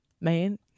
Man